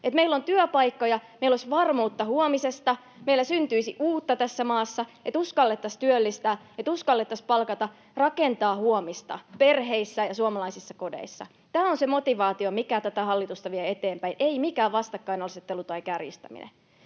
meillä on työpaikkoja, meillä olisi varmuutta huomisesta, meillä syntyisi uutta tässä maassa, että uskallettaisiin työllistää, että uskallettaisiin palkata, rakentaa huomista perheissä ja suomalaisissa kodeissa. Tämä on se motivaatio, mikä tätä hallitusta vie eteenpäin, ei mikään vastakkainasettelu tai kärjistäminen.